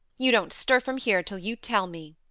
you don't stir from here till you tell me.